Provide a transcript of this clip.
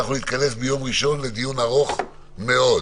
אנחנו נתכנס ביום ראשון לדיון ארוך מאוד,